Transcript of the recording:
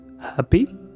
happy